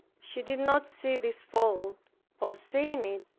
she did not see this fault or seeing it,